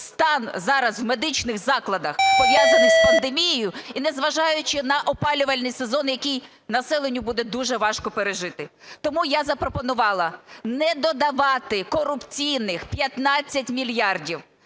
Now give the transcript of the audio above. стан зараз в медичних закладах, пов'язаних з пандемією, і незважаючи на опалювальний сезон, який населенню буде дуже важко пережити. Тому я запропонувала не додавати корупційних 15 мільярдів.